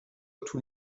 tout